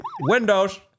Windows